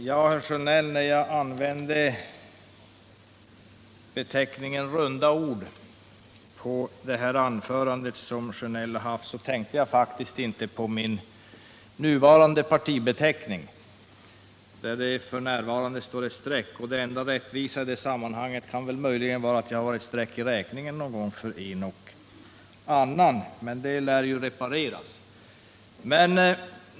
Herr talman! När jag använde benämningen ”runda ord” på det anförande som Sjönell hade tänkte jag faktiskt inte på min partibeteckning, där det f.n. står ett streck. Det enda rättvisa i det sammanhanget kan möjligen vara att jag blivit ett streck i räkningen någon gång för en och annan, men det lär ju repareras.